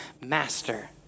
Master